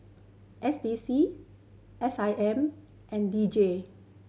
S D C S I M and D J